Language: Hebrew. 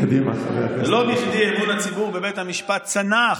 קדימה, חבר הכנסת הלוי.